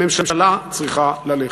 הממשלה צריכה ללכת.